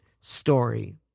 story